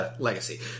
legacy